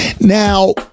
Now